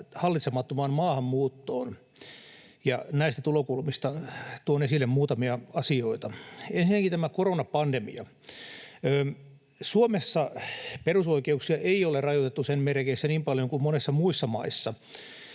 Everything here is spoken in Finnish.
hallitsemattomaan maahanmuuttoon, ja näistä tulokulmista tuon esille muutamia asioita. Ensinnäkin tämä koronapandemia. Suomessa perusoikeuksia ei ole rajoitettu sen merkeissä niin paljon kuin monissa muissa maissa,